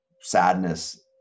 sadness